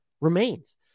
remains